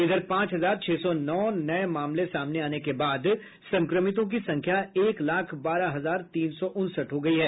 इधर पांच हजार छह सौ नौ नए मामले सामने आने के बाद संक्रमितों की संख्या एक लाख बारह हजार तीन सौ उनसठ हो गई है